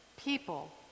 People